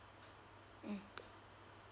mm